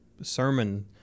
sermon